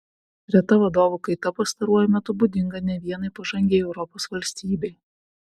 reta vadovų kaita pastaruoju metu būdinga ne vienai pažangiai europos valstybei